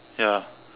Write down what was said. ya